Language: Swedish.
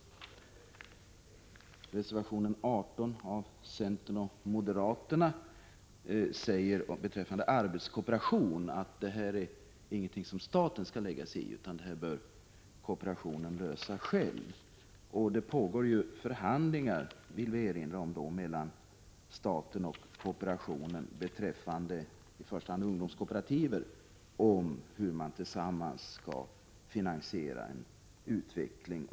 I reservation 18 från centern och moderaterna sägs beträffande arbetskooperation att detta inte är någonting som staten skall lägga sig i, utan att kooperationen bör lösa detta själv. Vi vill då erinra om att det beträffande i första hand den ungdomskooperativa verksamheten pågår förhandlingar mellan staten och kooperationen om hur man tillsammans skall finansiera en utveckling.